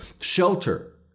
shelter